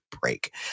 break